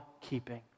keeping